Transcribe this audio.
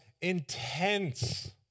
intense